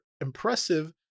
impressive